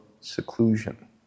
seclusion